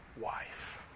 wife